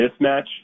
mismatch